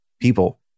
people